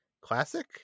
classic